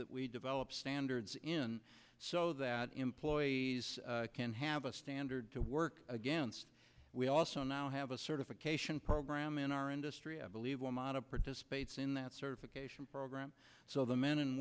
that we develop standards in so that employees can have a standard to work against we also now have a certification program in our industry i believe one model participates in that certification program so the men and